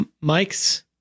Mike's